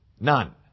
None